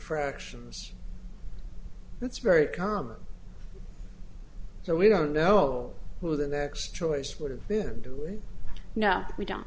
fractions that's very common so we don't know who the next choice would have been do we know we don't